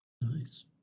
Nice